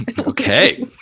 Okay